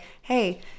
hey